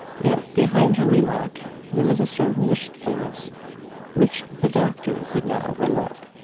yet, behind her remark there was a certain wistfulness which the doctor did not overlook.